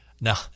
Now